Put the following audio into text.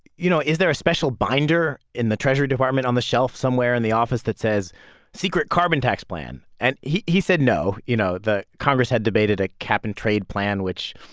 you know, is there a special binder in the treasury department on the shelf somewhere in the office that says secret carbon tax plan? and he he said, no. you know, the congress had debated a cap and trade plan, which,